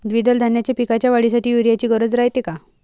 द्विदल धान्याच्या पिकाच्या वाढीसाठी यूरिया ची गरज रायते का?